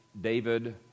David